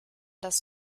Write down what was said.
das